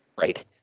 Right